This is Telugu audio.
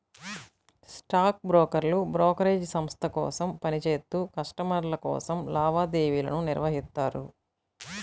స్టాక్ బ్రోకర్లు బ్రోకరేజ్ సంస్థ కోసం పని చేత్తూ కస్టమర్ల కోసం లావాదేవీలను నిర్వహిత్తారు